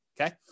okay